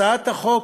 הצעת החוק,